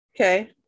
okay